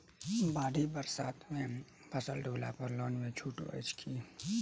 बाढ़ि बरसातमे फसल डुबला पर लोनमे छुटो अछि की